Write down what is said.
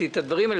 אתם רוצים